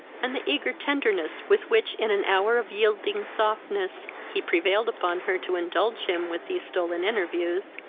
and the eager tenderness with which in an hour of yielding softness he prevailed upon her to indulge him with these stolen interviews,